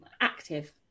active